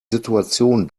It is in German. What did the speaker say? situation